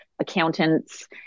accountants